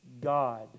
God